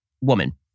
woman